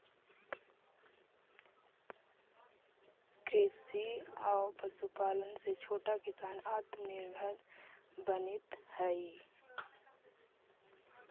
कृषि आउ पशुपालन से छोटा किसान आत्मनिर्भर बनित हइ